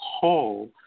call